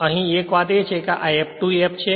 અને એક વાત છે કે આ F2 F છે